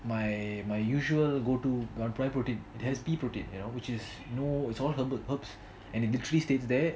my my usual go to protein has pea protein you know which is all herbs and it literally states there